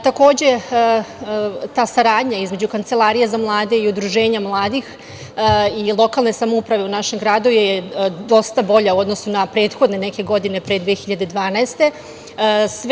Takođe ta saradnja između Kancelarije za mlade i udruženja mladih i lokalne samouprave u našem gradu je dosta bolja u odnosu na prethodne neke godine pre 2012. godine.